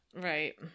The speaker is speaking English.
Right